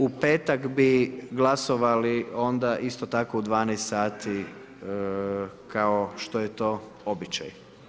U petak bi glasovali onda isto tako u 12,00 sati kao što je to običaj.